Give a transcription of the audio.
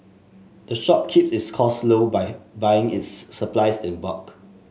the shop keeps its costs low by buying its supplies in bulk